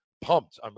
pumped